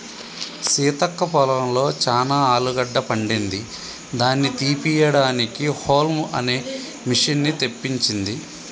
సీతక్క పొలంలో చానా ఆలుగడ్డ పండింది దాని తీపియడానికి హౌల్మ్ అనే మిషిన్ని తెప్పించింది